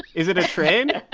is it a train?